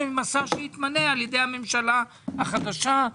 עם השר שיתמנה על-ידי הממשלה החדשה.